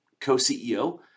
co-CEO